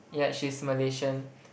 yeah she's Malaysian